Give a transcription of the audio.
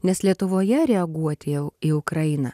nes lietuvoje reaguoti jau į ukrainą